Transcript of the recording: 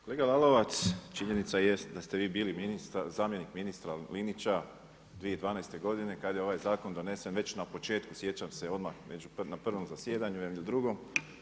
Kolega Lalovac, činjenica jest da ste vi bili zamjenik ministra Linića, 2012. godine kada je ovaj zakon donesen već na početku, sjećam se odmah na prvom zasjedanju ili drugom.